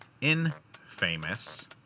infamous